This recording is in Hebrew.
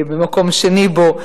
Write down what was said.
במקום שני בו,